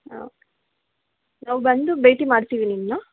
okay ನಾವು ಬಂದು ಭೇಟಿ ಮಾಡ್ತೀವಿ ನಿಮ್ಮನ್ನ